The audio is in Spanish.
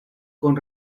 con